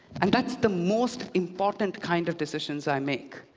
and that's the most important kind of decisions i make.